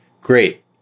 great